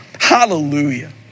Hallelujah